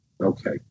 okay